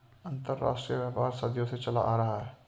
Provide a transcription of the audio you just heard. अंतरराष्ट्रीय व्यापार सदियों से चला आ रहा है